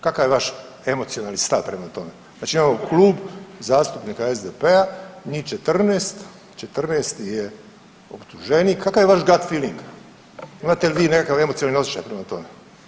Kakav je vaš emocionalni stav prema tome, znači imamo Klub zastupnika SDP-a, njih 14, 14-i je optuženik, kakav je Vaš gad filing imate li vi nekakav emocionalni osjećaj prema tome.